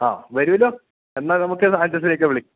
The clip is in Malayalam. ആ വരുമല്ലോ എന്നാല് നമുക്ക് സാഞ്ചസിനെയൊക്കെ വിളിക്കാം